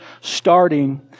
starting